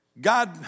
God